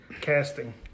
casting